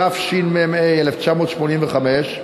התשמ"ה 1985,